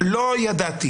לא ידעתי